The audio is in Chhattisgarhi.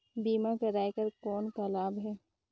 बीमा कराय कर कौन का लाभ है?